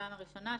בסדר, בוא נתקדם.